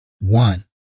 one